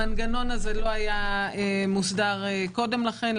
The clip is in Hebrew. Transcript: הוא לא היה מוסדר קודם לכן.